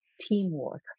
teamwork